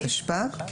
התשפ"ג 2023,